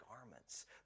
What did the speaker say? garments